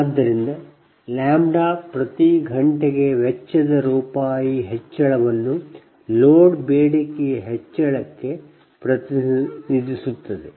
ಆದ್ದರಿಂದ ಪ್ರತಿ ಘಂಟೆಗೆ ವೆಚ್ಚದ ರೂಪಾಯಿ ಹೆಚ್ಚಳವನ್ನು ಲೋಡ್ ಬೇಡಿಕೆಯ ಹೆಚ್ಚಳಕ್ಕೆ ಪ್ರತಿನಿಧಿಸುತ್ತದೆ